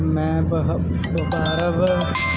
ਮੈਂ ਬਹ ਬਾਰਵ